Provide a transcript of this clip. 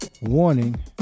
warning